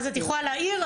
את יכולה להעיר,